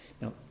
Now